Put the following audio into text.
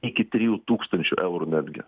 iki trijų tūkstančių eurų netgi